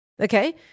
Okay